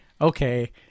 okay